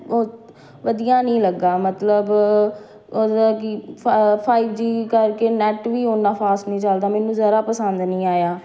ਉਹ ਤ ਵਧੀਆ ਨਹੀਂ ਲੱਗਾ ਮਤਲਬ ਉਹਦਾ ਕਿ ਫਾ ਫਾਈਵ ਜੀ ਕਰਕੇ ਨੈੱਟ ਵੀ ਉੰਨਾ ਫਾਸਟ ਨਹੀਂ ਚੱਲਦਾ ਮੈਨੂੰ ਜਰਾ ਪਸੰਦ ਨਹੀਂ ਆਇਆ